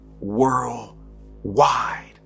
worldwide